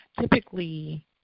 typically –